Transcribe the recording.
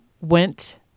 went